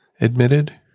admitted